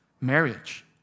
marriage